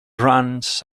runs